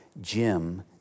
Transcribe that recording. Jim